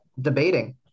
debating